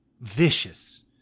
Vicious